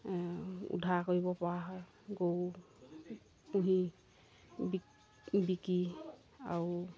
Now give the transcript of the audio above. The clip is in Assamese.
উদ্ধাৰ কৰিবপৰা হয় গৰু পুহি বিকি আৰু